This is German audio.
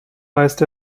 weist